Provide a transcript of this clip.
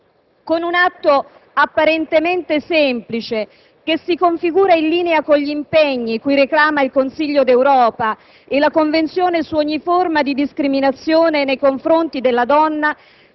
Con un atto apparentemente semplice, che si configura in linea con gli impegni cui reclama il Consiglio d'Europa e la Convenzione su ogni forma di discriminazione nei confronti della donna,